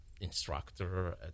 instructor